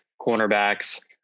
cornerbacks